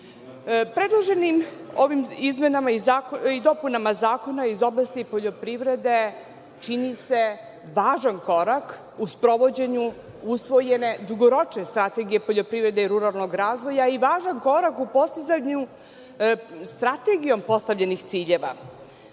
Nedimović. Predloženim ovim izmenama i dopunama zakona iz oblasti poljoprivrede čini se važan korak u sprovođenju usvojene dugoročne strategije poljoprivrede i ruralnog razvoja i važan korak u postizanju strategijom postavljenih ciljeva.